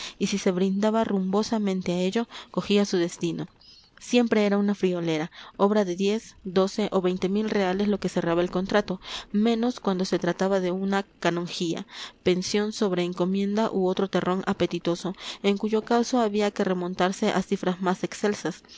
y si se brindaba rumbosamente a ello cogía su destino siempre era una friolera obra de diez doce o veinte mil reales lo que cerraba el contrato menos cuando se trataba de una canonjía pensión sobre encomienda u otro terrón apetitoso en cuyo caso había que remontarse a cifras más excelsas